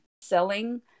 selling